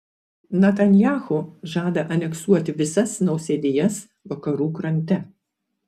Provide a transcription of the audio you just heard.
netanyahu žada aneksuoti visas nausėdijas vakarų krante